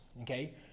Okay